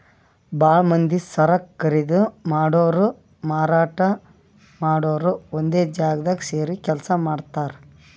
ಭಾಳ್ ಮಂದಿ ಸರಕ್ ಖರೀದಿ ಮಾಡೋರು ಮಾರಾಟ್ ಮಾಡೋರು ಒಂದೇ ಜಾಗ್ದಾಗ್ ಸೇರಿ ಕೆಲ್ಸ ಮಾಡ್ತಾರ್